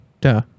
Duh